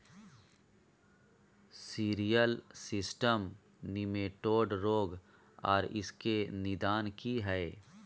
Cereal system nematode रोग आर इसके निदान की हय?